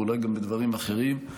ואולי בדברים אחרים.